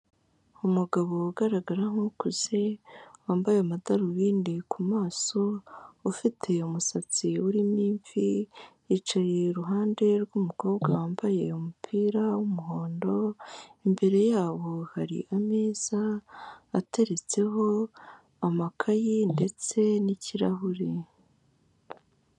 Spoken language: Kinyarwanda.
Umugabo ugaragara nk'ukuze wambaye amadarubindi ku maso, ufite umusatsi urimo imvi, yicaye iruhande rw'umukobwa wambaye umupira w'umuhondo, imbere yabo hari ameza ateretseho amakaye ndetse n'ikirahure.